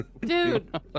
dude